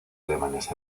alemanes